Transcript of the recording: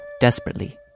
desperately